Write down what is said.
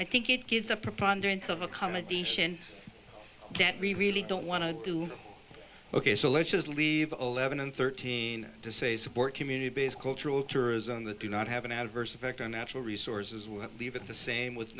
i think it gives a preponderance of accommodation that really don't want to do ok so let's just leave eleven and thirteen to say support community based cultural tourism that do not have an adverse effect on natural resources we leave it the same with